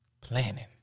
planning